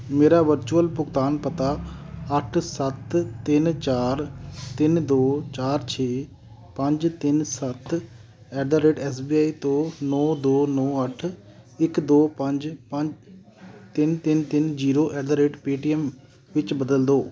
ਮੇਰਾ ਵਰਚੁਅਲ ਭੁਗਤਾਨ ਪਤਾ ਅੱਠ ਸੱਤ ਤਿੰਨ ਚਾਰ ਤਿੰਨ ਦੋ ਚਾਰ ਛੇ ਪੰਜ ਤਿੰਨ ਸੱਤ at the rate S B I ਤੋਂ ਨੌ ਦੋ ਨੌ ਅੱਠ ਇੱਕ ਦੋ ਪੰਜ ਪੰਜ ਤਿੰਨ ਤਿੰਨ ਤਿੰਨ zero at the rate Paytm ਤੋਂ ਵਿੱਚ ਬਦਲੋ ਦਓ